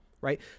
right